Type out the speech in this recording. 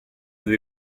del